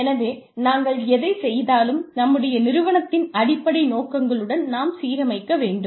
எனவே நாங்கள் எதைச் செய்தாலும் நம்முடைய நிறுவனத்தின் அடிப்படை நோக்கங்களுடன் நாம் சீரமைக்க வேண்டும்